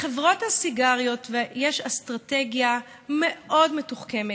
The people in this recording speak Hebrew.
לחברות הסיגריות יש אסטרטגיה מאוד מתוחכמת.